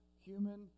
human